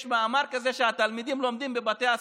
יש מאמר כזה שהתלמידים לומדים בבתי הספר,